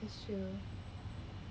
it's true